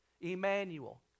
Emmanuel